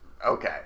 Okay